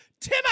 Tim